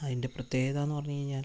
അതിന്റെ പ്രതേൃകതയെന്നു പറഞ്ഞു കഴിഞ്ഞാല്